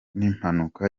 n’impanuka